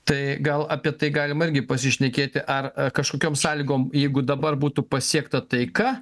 tai gal apie tai galima irgi pasišnekėti ar kažkokiom sąlygom jeigu dabar būtų pasiekta taika